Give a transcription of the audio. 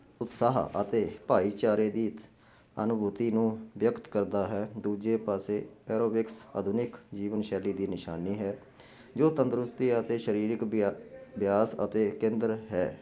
ਉਤਸਾਹ ਅਤੇ ਭਾਈਚਾਰੇ ਦੀ ਅਨੁਭੂਤੀ ਨੂੰ ਵਿਅਕਤ ਕਰਦਾ ਹੈ ਦੂਜੇ ਪਾਸੇ ਐਰੋਬਿਕਸ ਆਧੁਨਿਕ ਜੀਵਨ ਸ਼ੈਲੀ ਦੀ ਨਿਸ਼ਾਨੀ ਹੈ ਜੋ ਤੰਦਰੁਸਤੀ ਅਤੇ ਸ਼ਰੀਰਿਕ ਵੀ ਬਿਆਸ ਅਤੇ ਕੇਂਦਰ ਹੈ